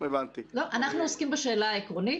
אנחנו עוסקים בשאלה העקרונית,